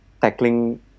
tackling